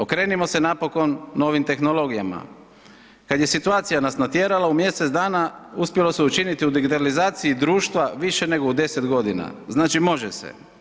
Okrenimo se napokon novim tehnologijama, kada je situacija nas natjerala u mjesec dana uspjelo se učiniti u digitalizaciji društva više nego u 10 godina, znači može se.